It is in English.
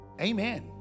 amen